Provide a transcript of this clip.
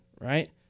Right